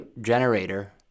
generator